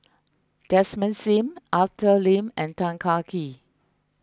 Desmond Sim Arthur Lim and Tan Kah Kee